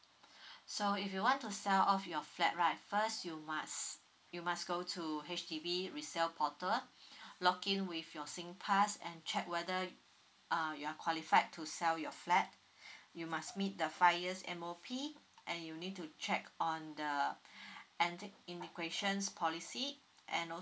so if you want to sell off your flat right first you must you must go to H_D_B resale portal login with your singpass and check whether uh you are qualified to sell your flat you must meet the five years M_O_P and you need to check on the ethnic integration policy and also